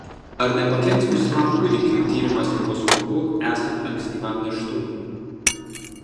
ar nepakenks būsimam kūdikiui tyrimas echoskopu esant ankstyvam nėštumui